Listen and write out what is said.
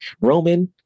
Roman